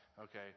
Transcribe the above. Okay